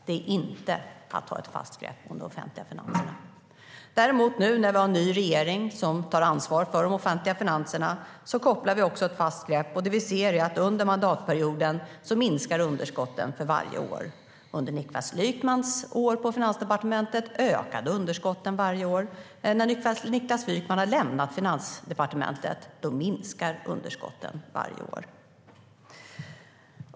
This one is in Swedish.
Det är inte att ha ett fast grepp om de offentliga finanserna. Nu däremot, när vi har en ny regering som tar ansvar för de offentliga finanserna, kopplar vi ett fast grepp. Det vi ser är att under mandatperioden minskar underskotten för varje år. Under Niklas Wykmans år på Finansdepartementet ökade underskotten varje år. När Niklas Wykman har lämnat Finansdepartementet minskar underskotten varje år.